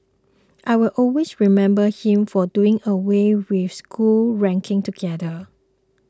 I will always remember him for doing away with school ranking together